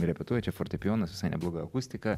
repetuoja čia fortepijonas visai nebloga akustika